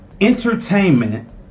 entertainment